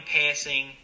passing